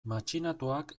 matxinatuak